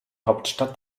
hauptstadt